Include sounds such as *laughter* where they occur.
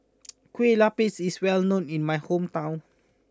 *noise* Kueh Lapis is well known in my hometown